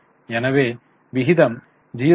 எனவே விகிதம் 0